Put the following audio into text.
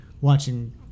watching